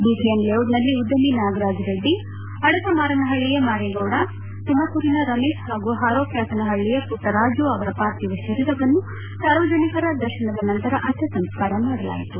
BTM layout ನಲ್ಲಿ ಉದ್ಯಮಿ ನಾಗರಾಜ ರೆಡ್ಡಿ ಅಡಕಮಾರನಹಳ್ಳಿಯ ಮಾರೇಗೌಡ ತುಮಕೂರಿನ ರಮೇಶ್ ಹಾಗೂ ಪಾರೋಕ್ಕಾಕನಪಳ್ಳಿಯ ಮಟ್ಟರಾಜ್ ಅವರ ಪಾರ್ಥಿವ ಶರೀರವನ್ನು ಸಾರ್ವಜನಿಕ ದರ್ಶನದ ನಂತರ ಅಂತ್ಯಸಂಸ್ಕಾರ ಮಾಡಲಾಯಿತು